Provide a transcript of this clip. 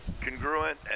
congruent